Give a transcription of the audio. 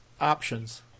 options